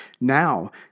Now